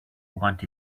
want